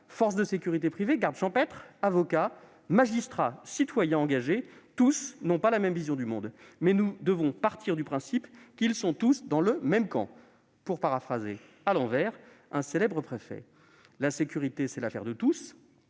forces de sécurité privées, gardes champêtres, avocats, magistrats, citoyens engagés ; tous n'ont pas la même vision du monde, mais nous devons partir du principe qu'ils sont tous dans le même camp, pour reprendre, en les retournant, les propos d'un célèbre préfet. La sécurité c'est l'affaire de tous,